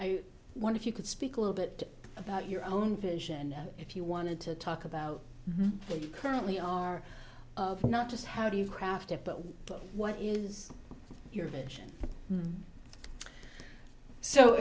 i wonder if you could speak a little bit about your own vision if you wanted to talk about that currently are of not just how do you craft it but what is your vision so